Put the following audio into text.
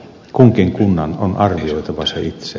kunkin kunnan on arvioitava se itse